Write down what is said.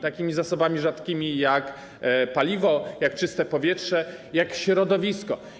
Takimi zasobami rzadkimi jak paliwo, jak czyste powietrze, jak środowisko.